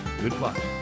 Goodbye